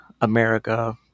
America